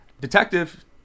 Detective